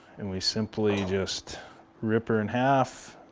and we simply just rip her in half,